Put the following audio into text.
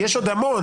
יש עוד המון.